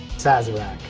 sazerac.